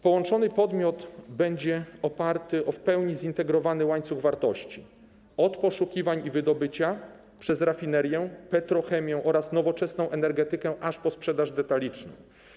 Połączony podmiot będzie oparty o w pełni zintegrowany łańcuch wartości: od poszukiwań i wydobycia, przez rafinerię, petrochemię oraz nowoczesną energetykę, aż po sprzedaż detaliczną.